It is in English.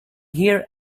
here